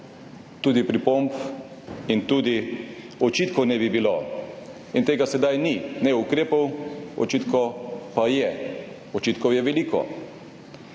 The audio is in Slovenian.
tudi pripomb in tudi očitkov ne bi bilo. In tega sedaj ni, ni ukrepov, očitki pa so, očitkov je veliko.